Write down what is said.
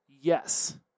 yes